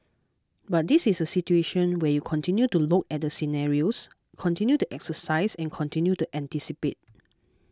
but this is situation where you continue to look at the scenarios continue to exercise and continue to anticipate